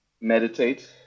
Meditate